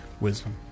Wisdom